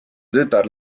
tütar